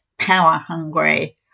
power-hungry